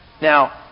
Now